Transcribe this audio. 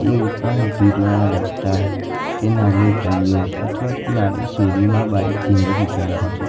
એ ઉપરાંત ભીડવાળા રસ્તા કે નાની ગલીઓ અથવા તો નાની શેરીમા બાઈક ધીમેથી ચલાવું છું